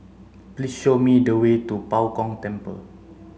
please show me the way to Bao Gong Temple